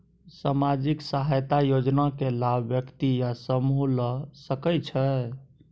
सामाजिक सहायता योजना के लाभ व्यक्ति या समूह ला सकै छै?